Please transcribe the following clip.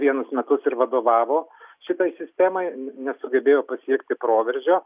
vienus metus ir vadovavo šitai sistemai ne nesugebėjo pasiekti proveržio